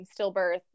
stillbirth